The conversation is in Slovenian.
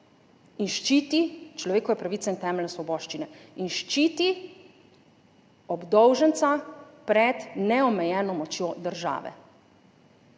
da ščiti obdolženca pred neomejeno močjo države,